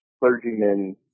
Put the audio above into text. clergymen